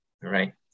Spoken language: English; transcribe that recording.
Right